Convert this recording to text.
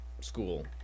school